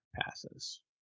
passes